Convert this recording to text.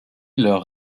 leurs